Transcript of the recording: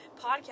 podcast